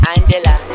Angela